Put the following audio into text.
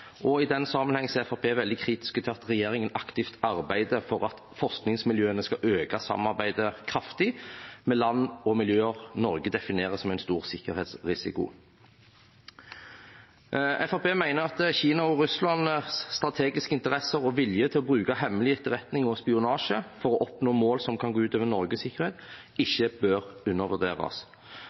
I den sammenheng er Fremskrittspartiet veldig kritiske til at regjeringen aktivt arbeider for at forskningsmiljøene skal øke samarbeidet kraftig med land og miljøer Norge definerer som en stor sikkerhetsrisiko. Fremskrittspartiet mener at Kinas og Russlands strategiske interesser og vilje til å bruke hemmelig etterretning og spionasje for å oppnå mål som kan gå ut over Norges sikkerhet, ikke bør undervurderes.